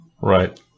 Right